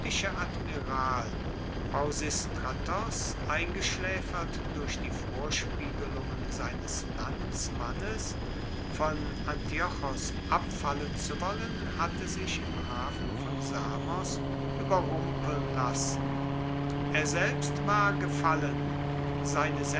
admiral pausistratos eingeschlaefert durch die vorspiegelungen seines landsmannes von antiochos abfallen zu wollen hatte sich im hafen von samos ueberrumpeln lassen er selbst war gefallen seine